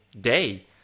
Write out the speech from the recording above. day